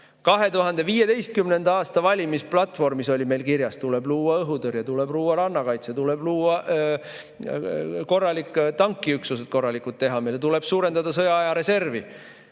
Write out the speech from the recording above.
2015. aasta valimisplatvormis oli meil kirjas, et tuleb luua õhutõrje, tuleb luua rannakaitse, tuleb teha korralikud tankiüksused, tuleb suurendada sõjaaja reservi.